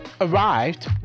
arrived